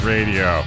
Radio